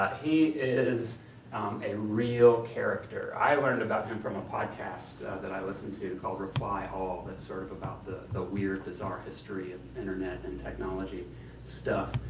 he is a real character. i learned about him from a podcast that i listen to called reply all, that's sort of about the ah weird, bizarre history of internet and technology stuff.